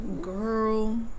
girl